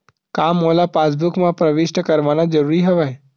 का मोला पासबुक म प्रविष्ट करवाना ज़रूरी हवय?